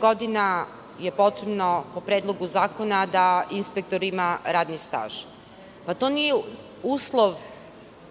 godina je potrebno, po Predlogu zakona, da inspektor ima radni staž. To nije uslov